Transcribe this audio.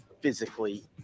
physically